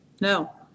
No